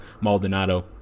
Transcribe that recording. Maldonado